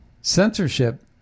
Censorship